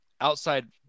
Outside